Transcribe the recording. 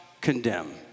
condemn